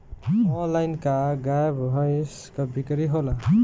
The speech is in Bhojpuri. आनलाइन का गाय भैंस क बिक्री होला?